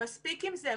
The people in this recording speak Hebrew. מספיק עם זה.